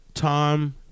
Tom